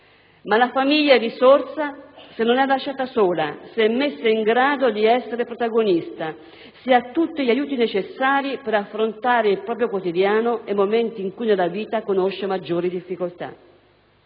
ma la famiglia è risorsa se non è lasciata sola, se è messa in grado di essere protagonista e se ha tutti gli aiuti necessari per affrontare il proprio quotidiano e i momenti in cui nella vita conosce maggiori difficoltà.